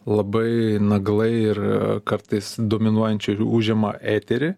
labai naglai ir kartais dominuojančiai užima eterį